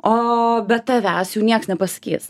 o be tavęs jų nieks nepasakys